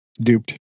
Duped